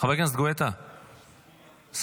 חבר הכנסת גואטה, ששי,